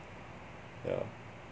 yeah